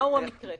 מהו המקרה?